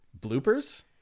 bloopers